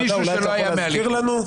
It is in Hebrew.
אולי אתה יכול להזכיר לנו?